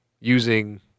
using